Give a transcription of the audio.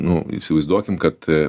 nu įsivaizduokim kad